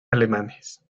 alemanes